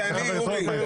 זה אני.